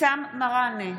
שאלקין מלמד אותם.